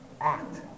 act